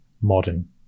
modern